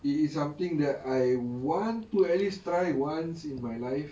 it is something that I want to at least try once in my life